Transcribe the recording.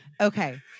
Okay